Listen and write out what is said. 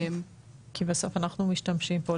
כי בסוף אנחנו משתמשים פה,